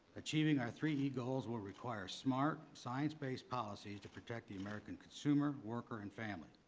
achieving our three e goals will require smart, science-based policy to protect the american consumer, worker and family.